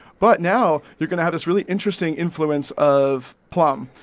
but now you're going to add this really interesting influence of plum.